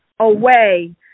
Away